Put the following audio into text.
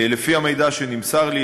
לפי המידע שנמסר לי,